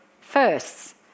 firsts